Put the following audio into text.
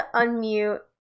unmute